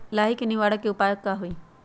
लाही के निवारक उपाय का होई?